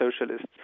socialists